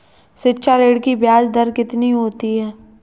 शिक्षा ऋण की ब्याज दर कितनी होती है?